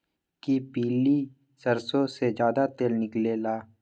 कि पीली सरसों से ज्यादा तेल निकले ला?